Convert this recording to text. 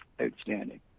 outstanding